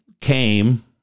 came